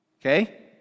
okay